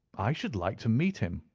i should like to meet him,